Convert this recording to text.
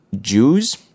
Jews